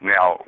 Now